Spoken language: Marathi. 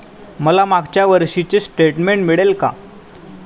मला मागच्या वर्षीचे स्टेटमेंट मिळेल का?